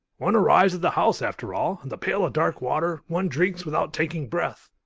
one arrives at the house, after all, and the pail of dark water, one drinks without taking breath,